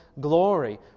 glory